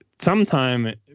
sometime